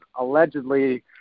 allegedly –